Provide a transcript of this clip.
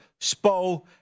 Spo